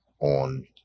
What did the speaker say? on